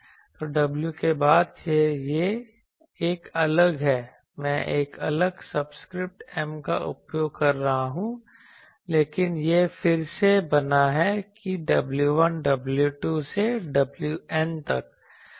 तो w के बाद से यह एक अलग है मैं एक अलग सबस्क्रिप्ट m का उपयोग कर रहा हूं लेकिन यह फिर से बना है कि w1 w2 से wN तक